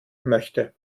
möchte